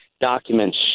documents